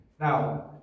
Now